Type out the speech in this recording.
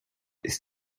ist